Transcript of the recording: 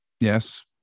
Yes